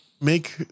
make